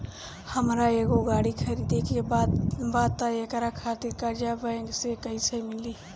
हमरा एगो गाड़ी खरीदे के बा त एकरा खातिर कर्जा बैंक से कईसे मिली?